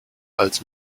als